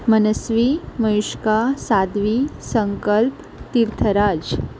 Manasvi Mayushka Sadvi Sankalp Tirthraj